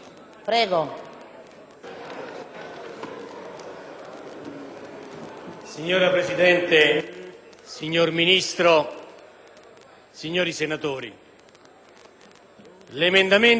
Signora Presidente, signor Ministro, signori senatori, l'emendamento 6.0.12